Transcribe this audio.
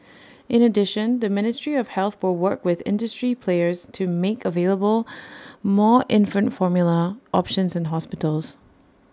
in addition the ministry of health will work with industry players to make available more infant formula options in hospitals